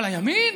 אבל הימין,